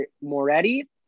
Moretti